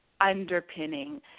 underpinning